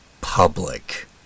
public